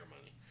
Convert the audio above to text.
money